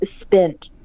spent